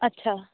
ਅੱਛਾ